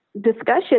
discussion